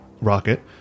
Rocket